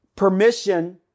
permission